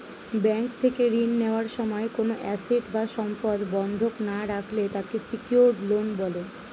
bank থেকে ঋণ নেওয়ার সময় কোনো অ্যাসেট বা সম্পদ বন্ধক না রাখলে তাকে সিকিউরড লোন বলে